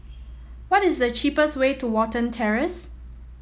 what is the cheapest way to Watten Terrace